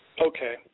Okay